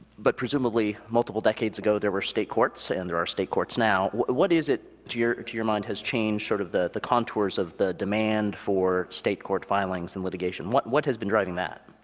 but presumably, multiple decades ago, there were state courts, and there are state courts now. what is it, to your to your mind, has changed sort of the the contours of the demand for state court filings and litigation? what what has been driving that?